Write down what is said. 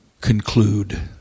conclude